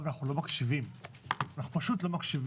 אבל אנחנו לא מקשיבים, פשוט לא מקשיבים.